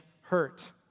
hurt